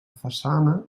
façana